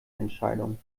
entscheidung